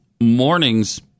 mornings